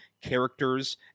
characters